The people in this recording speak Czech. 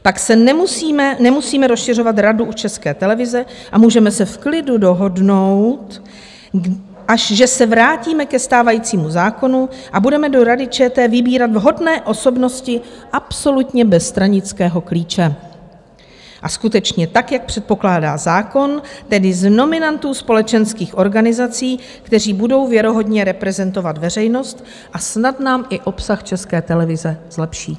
Pak nemusíme rozšiřovat Radu České televize a můžeme se v klidu dohodnout, že se vrátíme ke stávajícímu zákonu a budeme do Rady ČT vybírat vhodné osobnosti absolutně bez stranického klíče, a skutečně tak, jak předpokládá zákon, tedy z nominantů společenských organizací, kteří budou věrohodně reprezentovat veřejnost a snad nám i obsah České televize zlepší.